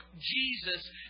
Jesus